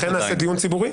לכן נעשה דיון ציבורי.